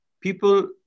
people